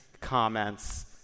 comments